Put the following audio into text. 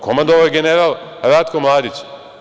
Komandovao je general Ratko Mladić.